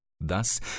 Thus